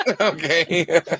Okay